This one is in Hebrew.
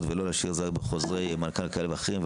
ולא להשאיר את זה רק בחוזרי מנכ"ל כאלה ואחרים,